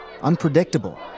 unpredictable